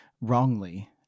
wrongly